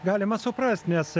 galima suprast nes